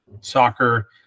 soccer